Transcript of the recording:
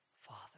Father